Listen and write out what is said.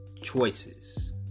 choices